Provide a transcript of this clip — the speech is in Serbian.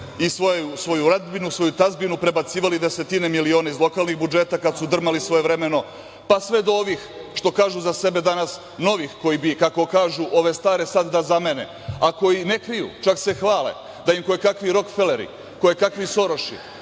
i svoju rodbinu, u svoju tazbinu prebacivali desetine miliona iz lokalnih budžeta, kad su drmali svojevremeno, pa sve do ovih što kažu za sebe danas – novih, koji bi, kako kažu, ove stare sad da zamene, a koji ne kriju, čak se hvale da im kojekakvi Rokfeleri, kojekakvi Soroši,